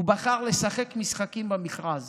הוא בחר לשחק משחקים במכרז